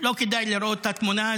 לא כדאי לראות את התמונה,